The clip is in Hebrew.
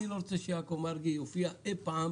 אני לא רוצה שיעקב מרגי יופיע אי פעם